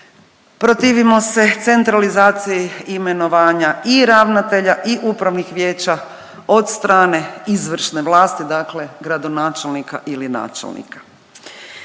protivimo se centralizaciji imenovanja i ravnatelja i upravnih vijeća od strane izvršne vlasti, dakle gradonačelnika ili načelnika.